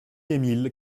émile